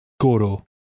Goro